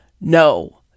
No